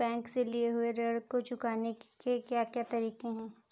Bank से लिए हुए ऋण को चुकाने के क्या क्या तरीके हैं?